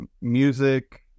music